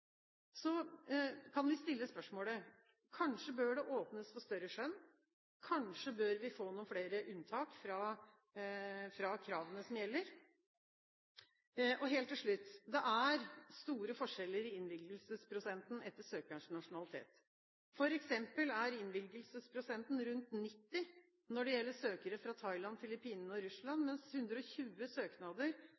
Så kan vi stille spørsmålene: Kanskje bør det åpnes for større skjønn? Kanskje bør vi få noen flere unntak fra kravene som gjelder? Helt til slutt: Det er store forskjeller i innvilgelsesprosenten etter søkerens nasjonalitet. For eksempel er innvilgelsesprosenten rundt 90 pst. når det gjelder søkere fra Thailand, Filippinene og Russland,